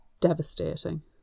devastating